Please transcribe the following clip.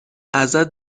ازت